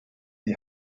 die